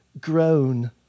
Grown